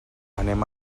anem